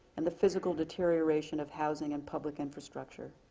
and the physical deterioration of housing and public infrastructure.